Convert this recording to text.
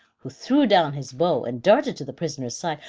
who threw down his bow and darted to the prisoner's side.